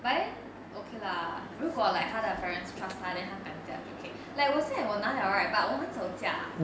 but then okay lah 如果 like 他的 parents trust 她 then 她敢驾就可以 like 我现在我拿了 right but 我很少驾